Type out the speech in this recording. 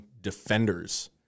defenders